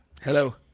Hello